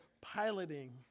piloting